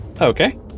okay